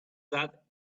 that